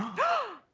go.